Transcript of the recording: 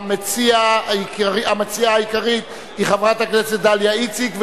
המציעה העיקרית היא חברת הכנסת דליה איציק,